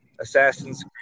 Assassin's